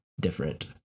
different